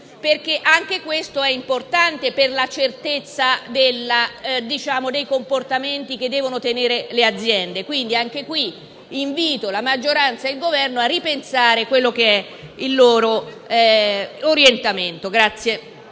anche questo è importante per la certezza dei comportamenti che devono tenere le aziende. Invito, quindi, la maggioranza e il Governo a rivedere il loro orientamento